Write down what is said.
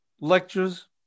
lectures